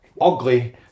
Ugly